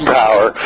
power